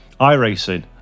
iRacing